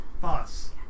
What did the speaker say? bus